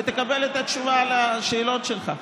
ותקבל את התשובה על השאלות שלך,